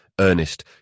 earnest